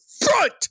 FRONT